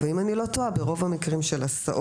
אם אני לא טועה, ברוב המקרים של הסעות